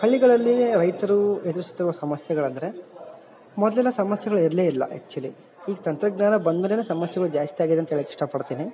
ಹಳ್ಳಿಗಳಲ್ಲಿ ರೈತರು ಎದುರಿಸುತಿರುವ ಸಮಸ್ಯೆಗಳಂದ್ರೆ ಮೊದಲೆಲ್ಲ ಸಮಸ್ಯೆಗಳು ಇರಲೇ ಇಲ್ಲ ಆ್ಯಕ್ಟುಲಿ ಈಗ ತಂತ್ರಜ್ಞಾನ ಬಂದ್ಮೇಲೆ ಸಮಸ್ಯೆಗಳ್ ಜಾಸ್ತಿ ಆಗಿದೆ ಅಂತೇಳೋಕ್ ಇಷ್ಟ ಪಡ್ತೀನಿ